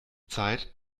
zeit